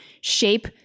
shape